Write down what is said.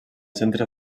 centre